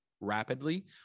rapidly